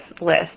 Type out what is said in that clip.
list